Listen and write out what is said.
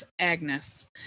agnes